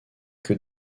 que